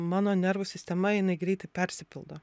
mano nervų sistema jinai greitai persipildo